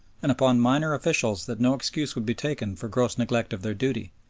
and upon minor officials that no excuse would be taken for gross neglect of their duty.